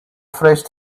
phrase